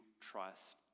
trust